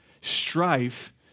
Strife